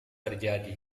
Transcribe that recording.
terjadi